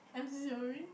I'm sorry